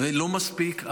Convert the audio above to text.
לא מספיק,